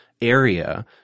area